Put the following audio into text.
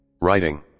writing